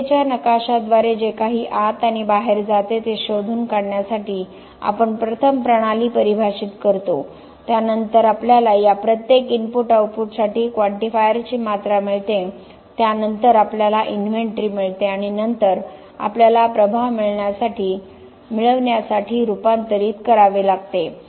प्रक्रियेच्या नकाशाद्वारे जे काही आत आणि बाहेर जाते ते शोधून काढण्यासाठी आपण प्रथम प्रणाली परिभाषित करतो त्यानंतर आपल्याला या प्रत्येक इनपुट आउटपुटसाठी क्वांटिफायरची मात्रा मिळते त्यानंतर आपल्याला इन्व्हेंटरी मिळते आणि नंतर आपल्याला प्रभाव मिळविण्यासाठी रूपांतरित करावे लागते